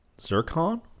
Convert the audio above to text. Zircon